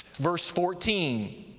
verse fourteen,